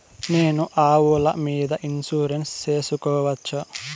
నేను ఆవుల మీద ఇన్సూరెన్సు సేసుకోవచ్చా?